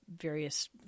various